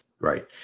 right